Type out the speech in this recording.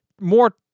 more